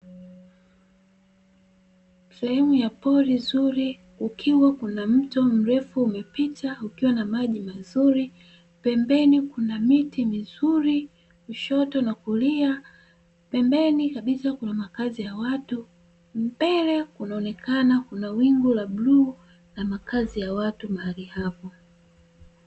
Sehemu ya pori zuri kukiwa na mto mrefu umepita ukiwa na maji mazuri, pembeni kuna miti mizuri kushoto na kulia, pembeni kabisa kuna makazi ya watu mbele kunaonekana kuna wingu la bluu na makazi ya watu mahali hapo.